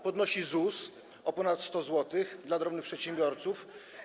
podnosi ZUS o ponad 100 zł dla drobnych przedsiębiorców.